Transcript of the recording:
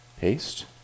Paste